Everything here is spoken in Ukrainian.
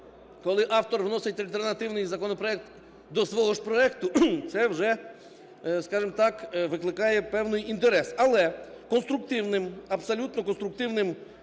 коли автор вносить альтернативний законопроект до свого ж проекту – це вже, скажемо так, викликає певний інтерес. Але конструктивним, абсолютно конструктивним